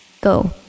go